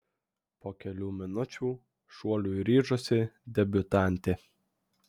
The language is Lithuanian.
po kelių minučių šuoliui ryžosi debiutantė